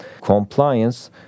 compliance